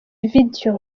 video